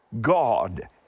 God